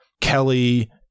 kelly